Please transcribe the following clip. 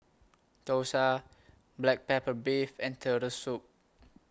Dosa Black Pepper Beef and Turtle Soup